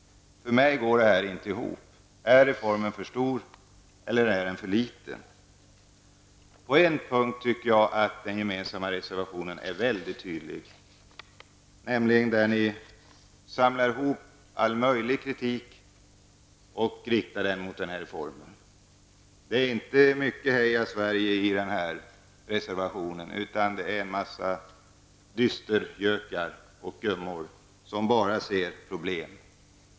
För mig går det här inte ihop. Är reformen för stor, eller är den för liten? På en punkt tycker jag att den gemensamma reservationen är mycket tydlig, nämligen när ni samlar ihop all möjlig kritik och riktar den mot den här reformen. Det är inte mycket av Heja Sverige! över denna reservation, utan den verkar vara skriven av ett antal dystergökar, som bara ser problem.